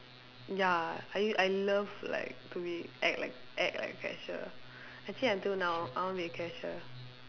ya I I love like to be act like act like a cashier actually until now I want to be a cashier